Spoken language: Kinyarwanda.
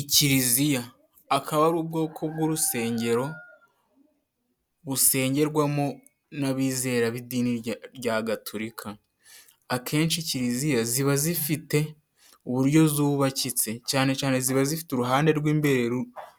I kiliziya, akaba ari ubwoko bw’urusengero busengerwamo n’abizera b’idini rya Gatorika. Akenshi kiliziya ziba zifite uburyo zubakitse, cane cane ziba zifite uruhande rw’imbere